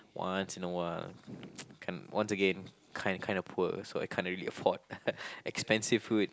once in awhile kind once again kind kind of poor so I can't really afford expensive food